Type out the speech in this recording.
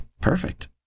Perfect